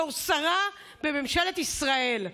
בתור שרה בממשלת ישראל,